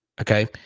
Okay